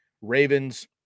Ravens